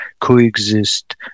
coexist